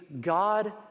God